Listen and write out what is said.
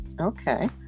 okay